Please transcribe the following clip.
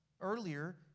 earlier